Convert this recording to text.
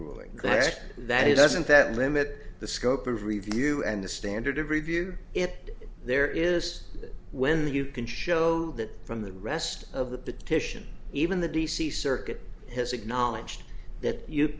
ruling that it doesn't that limit the scope of review and the standard of review it there is that when you can show that from the rest of the petition even the d c circuit has acknowledged that you